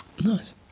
Nice